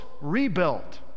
rebuilt